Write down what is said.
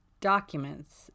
documents